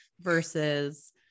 versus